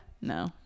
no